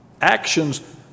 Actions